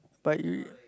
but you